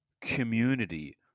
community